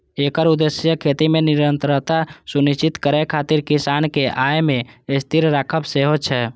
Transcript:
एकर उद्देश्य खेती मे निरंतरता सुनिश्चित करै खातिर किसानक आय कें स्थिर राखब सेहो छै